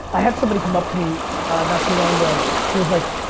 i had somebody come up to me not too long ago who was like,